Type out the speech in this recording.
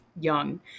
young